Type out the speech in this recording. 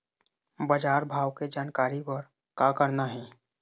बजार भाव के जानकारी बर का करना हे?